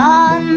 on